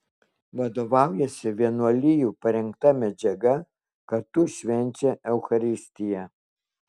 vadovaujasi vienuolijų parengta medžiaga kartu švenčia eucharistiją